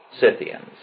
Scythians